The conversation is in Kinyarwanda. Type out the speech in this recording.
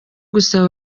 gusaba